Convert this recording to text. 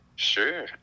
Sure